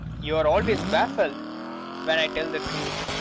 you are always baffled when i tell the truth.